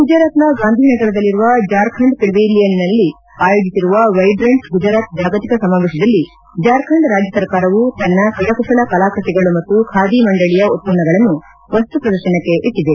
ಗುಜರಾತ್ನ ಗಾಂಧಿನಗರದಲ್ಲಿರುವ ಜಾರ್ಖಂಡ್ ಪೆವಿಲಿಯನ್ನಲ್ಲಿ ಆಯೋಜಿಸಿರುವ ವೈಬ್ರಂಟ್ ಗುಜರಾತ್ ಜಾಗತಿಕ ಸಮಾವೇಶದಲ್ಲಿ ಜಾರ್ಖಂಡ್ ರಾಜ್ಯ ಸರ್ಕಾರವು ತನ್ನ ಕರಕುಶಲ ಕಲಾಕೃತಿಗಳು ಮತ್ತು ಖಾದಿ ಮಂಡಳಿಯ ಉತ್ಪನ್ನಗಳನ್ನು ವಸ್ತುಪ್ರದರ್ಶನಕ್ಕೆ ಇಟ್ಟದೆ